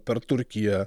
per turkiją